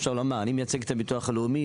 אפשר לומר אני מייצג את הביטוח הלאומי,